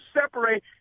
separate